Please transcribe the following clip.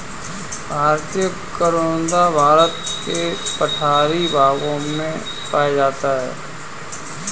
भारतीय करोंदा भारत के पठारी भागों में पाया जाता है